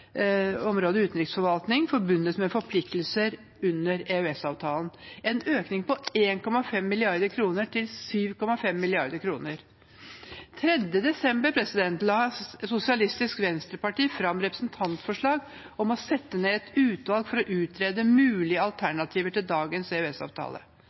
området utenriksforvaltning forbundet med forpliktelser under EØS-avtalen – en økning på 1,5 mrd. kr til 7,5 mrd. kr. Den 3. desember la SV fram et representantforslag om å sette ned et utvalg for å utrede mulige